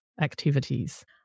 activities